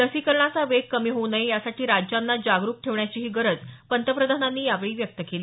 लसीकरणाचा वेग कमी होऊ नये यासाठी राज्यांना जागरुक ठेवण्याचीही गरज मोदी यांनी यावेळी व्यक्त केली